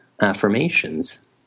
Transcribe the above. affirmations